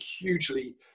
hugely